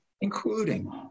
including